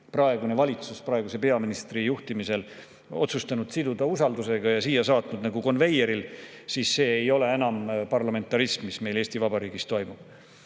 praegune valitsus praeguse peaministri juhtimisel otsustanud siduda usaldus[küsimusega] ja saatnud need siia nagu konveieril, siis see ei ole enam parlamentarism, mis meil Eesti Vabariigis toimub.